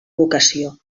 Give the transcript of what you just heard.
vocació